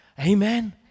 Amen